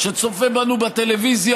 שצופה בנו בטלוויזיה,